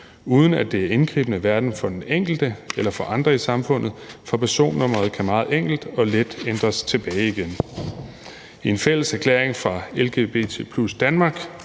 uden at det er indgribende hverken for den enkelte eller for andre i samfundet, for personnummeret kan meget enkelt og let ændres tilbage igen. I en fælles erklæring fra LGBT+ Danmark